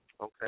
Okay